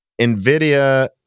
nvidia